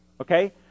Okay